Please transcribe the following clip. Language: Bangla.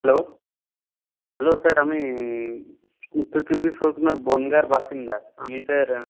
হ্যালো হ্যালো স্যার আমি উত্তর চব্বিশ পরগনা বনগাঁর বাসিন্দা আমি স্যার